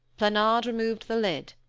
planard removed the lid.